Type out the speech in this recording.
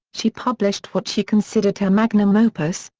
she published what she considered her magnum opus,